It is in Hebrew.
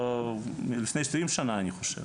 לפני עשרים שנה, אני חושב